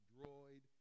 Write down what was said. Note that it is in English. Droid